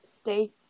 stay